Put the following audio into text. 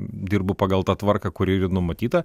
dirbu pagal tą tvarką kuri ir numatyta